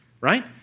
right